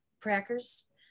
crackers